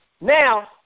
Now